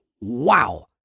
wow